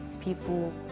people